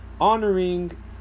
honoring